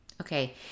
Okay